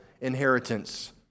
inheritance